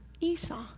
Esau